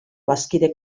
bazkide